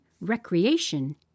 recreation